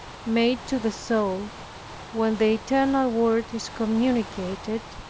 made to the soul when the eternal word is communicated.